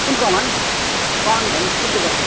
कुन कमान कमान भन्नुहोस् कुन चाहिँको